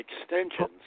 extensions